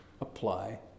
apply